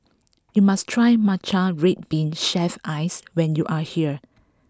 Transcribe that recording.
you must try Matcha Red Bean Shaved Ice when you are here